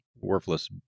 worthless